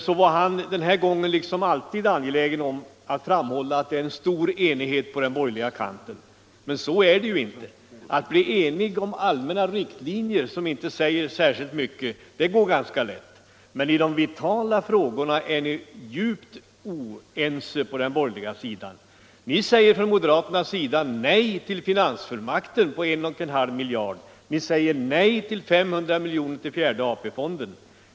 Han var den här gången liksom alltid angelägen om att framhålla att det råder stor enighet på den borgerliga kanten. Men så är det ju inte. Att bli enig om allmänna riktlinjer, som inte säger särskilt mycket konkret, går ganska lätt, men i de vitala frågorna är ni djupt oense på den borgerliga sidan. På den moderata sidan säger ni nej till finansfullmakten på en och en halv miljard kronor, och ni säger nej till 500 milj.kr. till fjärde AP-fonden.